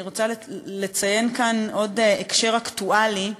אני רוצה לציין כאן עוד הקשר אקטואלי: